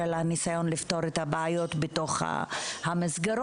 של הניסיון לפתור את הבעיות בתוך המסגרות.